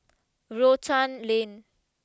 Rotan Lane